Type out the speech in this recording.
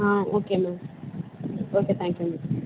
ah okay ma'am okay thank you ma'am